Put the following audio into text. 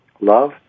love